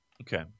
Okay